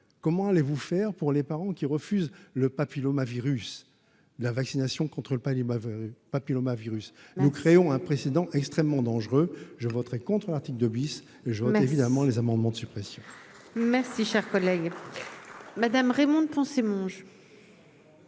comment allez-vous faire pour les parents qui refusent le papilloma virus la vaccination contre le palu m'avait papilloma virus, nous créons un précédent extrêmement dangereux, je voterai contre l'article 2 bis et évidemment les amendements de suppression. Merci, cher collègue Madame Raymonde Poncet Monge.